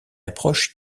approche